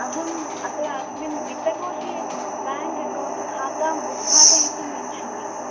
अहम् अत्र अस्मिन् वित्तकोषे बेङ्क् अकौण्ट् खातां उद्घाटयितुम् इच्छामि